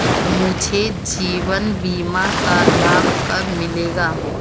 मुझे जीवन बीमा का लाभ कब मिलेगा?